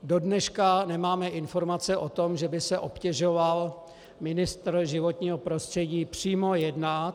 Do dneška nemáme informace o tom, že by se obtěžoval ministr životního prostředí přímo jednat.